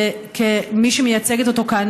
וכמי שמייצגת אותו כאן,